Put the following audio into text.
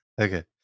Okay